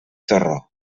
torró